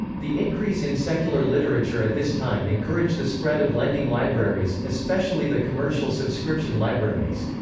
the increase in secular literature at this time encouraged the spread of lending libraries, especially the commercial subscription libraries.